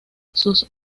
sus